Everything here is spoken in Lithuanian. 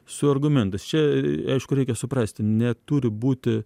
su argumentais čia aišku reikia suprasti neturi būti